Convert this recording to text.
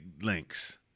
links